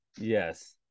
Yes